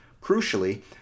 Crucially